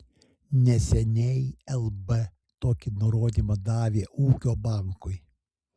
neseniai lb tokį nurodymą davė ūkio bankui